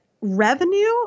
revenue